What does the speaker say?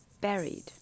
buried